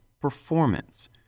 performance